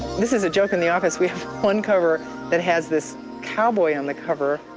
this is a joke in the office, we have one cover that has this cowboy on the cover,